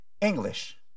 English